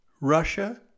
Russia